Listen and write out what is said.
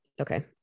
okay